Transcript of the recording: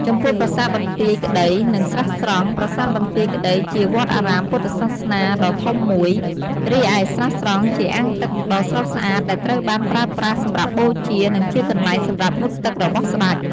ចំពោះ ប្រាសាទបន្ទាយក្តី និង ស្រះស្រង់ ប្រាសាទបន្ទាយក្តីជាវត្តអារាមពុទ្ធសាសនាដ៏ធំមួយ រីឯស្រះស្រង់ជាអាងទឹកដ៏ស្រស់ស្អាតដែលត្រូវបានប្រើប្រាស់សម្រាប់បូជា និងជាកន្លែងសម្រាប់ងូតទឹករបស់ស្តេច។